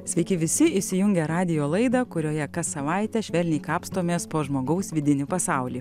sveiki visi įsijungę radijo laidą kurioje kas savaitę švelniai kapstomės po žmogaus vidinį pasaulį